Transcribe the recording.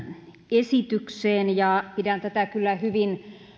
esitykseen pidän tätä kyllä hyvin